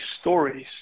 stories